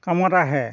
কামত আহে